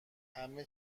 همه